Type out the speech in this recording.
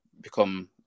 become